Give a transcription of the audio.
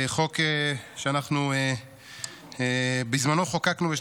זה חוק שאנחנו חוקקנו בזמנו,